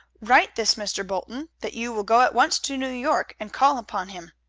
write this mr. bolton that you will go at once to new york, and call upon him.